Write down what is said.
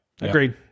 agreed